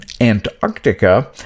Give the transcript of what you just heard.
Antarctica